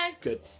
Good